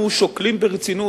אנחנו שוקלים ברצינות,